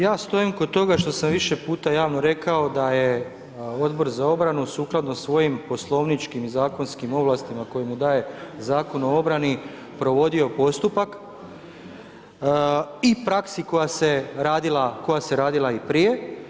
Ja stojim kod toga što sam više puta javno rekao da je Odbor za obranu sukladno svojim poslovničkim i zakonskim ovlastima koje mu daje Zakon o obrani provodio postupak i praksi koja se radila i prije.